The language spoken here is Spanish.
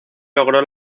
logró